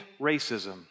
racism